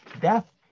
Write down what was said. death